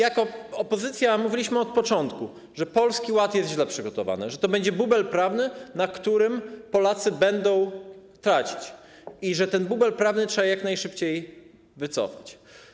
Jako opozycja mówiliśmy od początku, że Polski Ład jest źle przygotowany, że to będzie bubel prawny, na którym Polacy będą tracić, i że ten bubel prawny trzeba jak najszybciej wycofać.